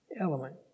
element